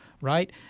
right